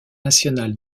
national